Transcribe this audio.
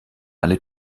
alle